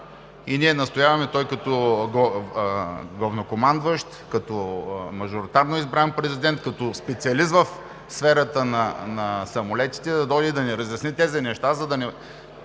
Ние настояваме той, като главнокомандващ, като мажоритарно избран президент, като специалист в сферата на самолетите да дойде и да ни разясни тези неща, за да не